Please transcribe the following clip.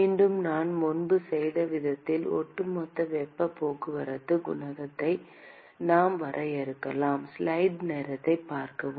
மீண்டும் நாம் முன்பு செய்த விதத்தில் ஒட்டுமொத்த வெப்பப் போக்குவரத்துக் குணகத்தை நாம் வரையறுக்கலாம்